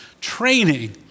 training